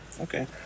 Okay